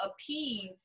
appease